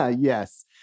Yes